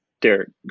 Derek